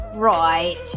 Right